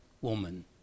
woman